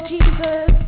Jesus